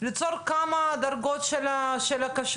ליצור כמה דרגות של כשרות.